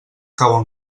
cauen